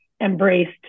embraced